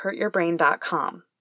HurtYourBrain.com